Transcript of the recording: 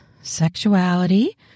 sexuality